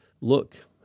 look